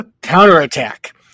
counterattack